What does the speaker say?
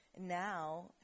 now